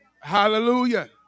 Hallelujah